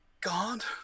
god